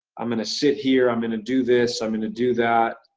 i'm gonna sit here, i'm gonna do this, i'm gonna do that.